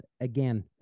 again